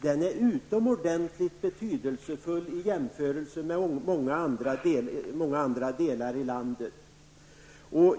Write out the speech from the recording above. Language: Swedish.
Den är utomordentligt betydelsefull här i jämförelse med många andra delar av landet.